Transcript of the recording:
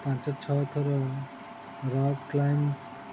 ପାଞ୍ଚ ଛଅ ଥର ରକ୍ କ୍ଲାଇମ୍ବ